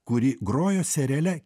kuri grojo seriale